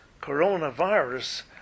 coronavirus